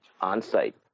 On-site